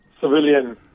civilian